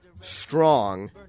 strong